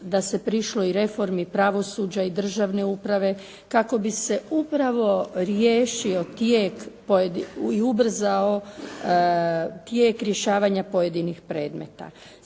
da se prišlo reformi pravosuđa i državne uprave kako bi se upravo riješio tijek i ubrzao tijek rješavanja pojedinih predmeta.